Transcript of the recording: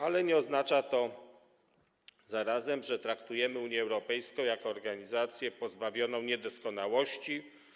Ale nie oznacza to zarazem, że traktujemy Unię Europejską jako organizację pozbawioną niedoskonałości.